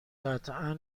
قطعا